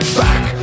back